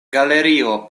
galerio